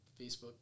Facebook